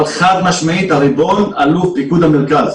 אבל חד-משמעית, הריבון הוא אלוף פיקוד המרכז.